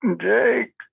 Jake